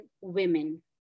women